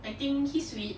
I think he's sweet